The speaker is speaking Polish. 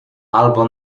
albo